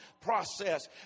process